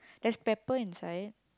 there's pepper inside